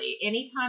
Anytime